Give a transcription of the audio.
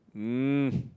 mm